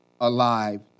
alive